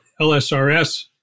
LSRS